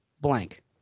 blank